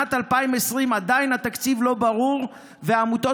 כשבשנת 2020 עדיין התקציב לא ברור והעמותות